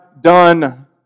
done